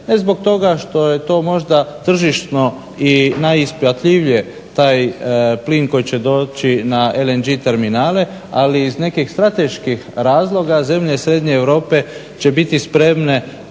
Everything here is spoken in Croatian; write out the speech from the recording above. ne zbog toga što je to možda tržišno i najisplativije taj plin koji će doći na ELG terminale ali iz nekih strateških razloga zemlje Srednje Europe će biti spremne